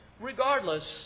regardless